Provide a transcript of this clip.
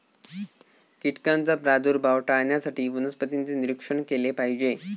कीटकांचा प्रादुर्भाव टाळण्यासाठी वनस्पतींचे निरीक्षण केले पाहिजे